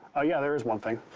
yeah, there is one thing.